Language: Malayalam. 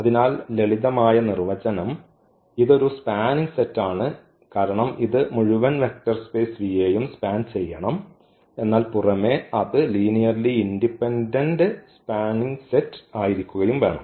അതിനാൽ ലളിതമായ നിർവചനം ഇത് ഒരു സ്പാനിംഗ് സെറ്റാണ് കാരണം ഇത് മുഴുവൻ വെക്റ്റർ സ്പെയ്സ് V യെയും സ്പാൻ ചെയ്യണം എന്നാൽ പുറമേ അത് ലീനിയർലി ഇൻഡിപെൻഡന്റ് സ്പാൻ സെറ്റ് ആയിരിക്കുകയും വേണം